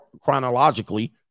chronologically